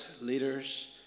leaders